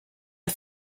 for